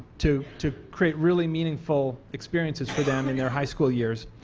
two two create really meaningful experiences for them in their high school years.